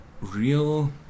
real